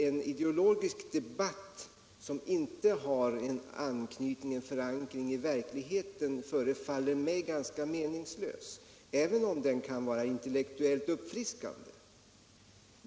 En ideologisk debatt som inte har någon förankring i verkligheten förefaller mig ganska meningslös, även om den kan vara intellektuellt uppfriskande.